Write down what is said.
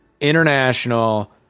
International